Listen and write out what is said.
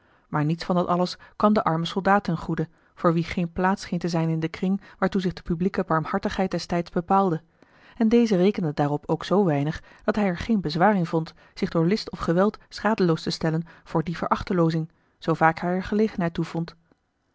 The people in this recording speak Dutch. maar niets van dat alles kwam den armen soldaat ten goede voor wien geene plaats scheen te zijn in den kring waartoe zich de publieke barmhartigheid destijds bepaalde en deze rekende daarop ook zoo weinig dat hij er geen bezwaar in vond zich door list of geweld schadeloos te stellen voor die verachteloozing zoo vaak hij er gelegenheid toe vond